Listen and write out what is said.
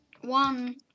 One